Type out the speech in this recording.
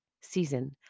season